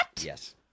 Yes